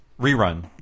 rerun